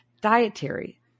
dietary